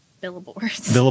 billboards